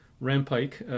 Rampike